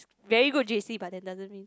very good J_C but then doesn't mean